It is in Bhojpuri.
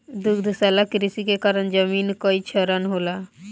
दुग्धशाला कृषि के कारण जमीन कअ क्षरण होला